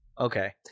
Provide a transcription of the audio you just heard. okay